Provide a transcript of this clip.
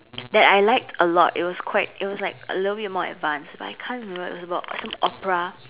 that I like a lot it was quite it was like a little bit more advanced but I can't remember what was it about some or is it some opera